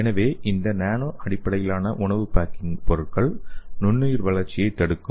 எனவே இந்த நானோ அடிப்படையிலான உணவு பேக்கிங் பொருட்கள் நுண்ணுயிர் வளர்ச்சியைத் தடுக்கும்